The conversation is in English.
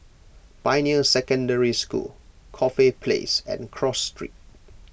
Pioneer Secondary School Corfe Place and Cross Street